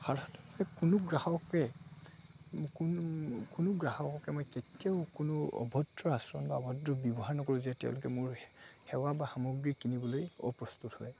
সাধাৰণতে কোনো গ্ৰাহকে কোন কোনো গ্ৰাহককে মই কেতিয়াও কোনো অভদ্ৰ আচৰণ বা অভদ্ৰ ব্যৱহাৰ নকৰোঁ যে তেওঁলোকে মোৰ সেৱা বা সামগ্ৰী কিনিবলৈ অপ্ৰস্তুত হয়